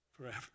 forever